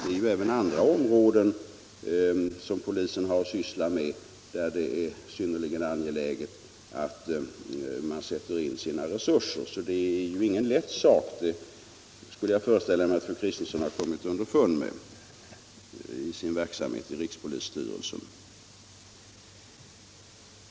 Det finns även andra områden som polisen sysslar med där det är synnerligen angeläget att sätta in resurser. Detta är ingen lätt sak. Jag skulle kunna föreställa mig att fru Kristensson har kommit underfund med det i sin verksamhet i rikspolisstyrelsen.